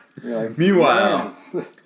Meanwhile